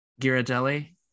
Ghirardelli